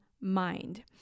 mind